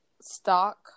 stock